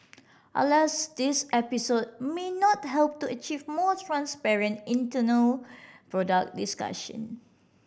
alas this episode may not help to achieve more transparent internal product discussion